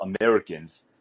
Americans